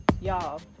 y'all